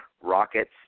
Rockets